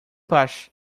paz